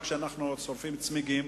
רק כשאנחנו שורפים צמיגים,